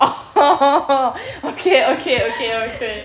oh [ho] [ho] [ho] okay okay okay okay